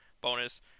bonus